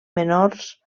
menors